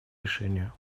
решение